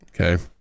Okay